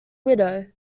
widow